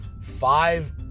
five